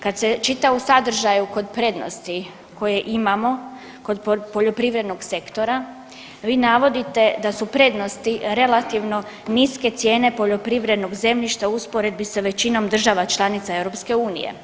Kad se čita u sadržaju kod prednosti koje imamo kod poljoprivrednog sektora vi navodite da su prednosti relativno niske cijene poljoprivrednog zemljišta u usporedbi sa većinom država članica EU.